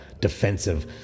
defensive